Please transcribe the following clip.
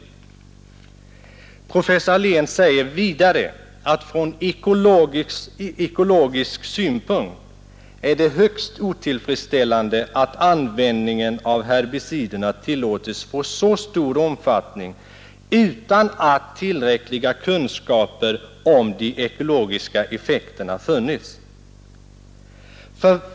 Professor Ahlén säger vidare att det från ekologisk synpunkt är högst otillfredsställande att användningen av herbiciderna tillåtits få så stor omfattning utan att tillräckliga kunskaper om de ekologiska effekterna funnits.